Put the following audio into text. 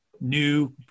new